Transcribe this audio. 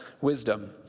wisdom